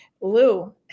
Lou